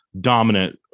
dominant